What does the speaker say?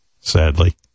sadly